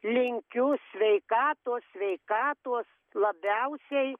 linkiu sveikatos sveikatos labiausiai